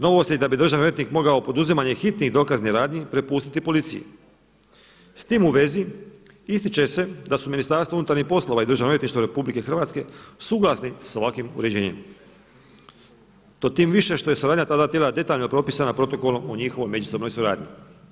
Novosti da bi državni odvjetnik mogao poduzimanje hitnih dokaznih radnji prepustiti policiji, s tim u vezi ističe se da su MUP i DORH suglasni s ovakvim uređenjem, to tim više što je suradnja ta dva tijela detaljno propisana Protokolom o njihovoj međusobnoj suradnji.